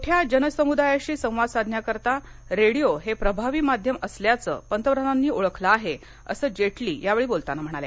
मोठ्या जनसमुदायाशी संवाद साधण्याकरता रेडिओ हे प्रभावी माध्यम असल्याचं पंतप्रधानांनी ओळखलं आहे असं जेटली यावेळी बोलताना म्हणाले